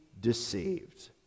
deceived